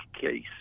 case